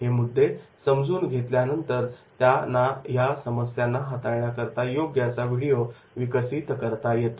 हे मुद्दे समजून घेतल्यानंतर त्यांना या समस्यांना हाताळण्याकरता योग्य असा व्हिडिओ विकसित करता येतो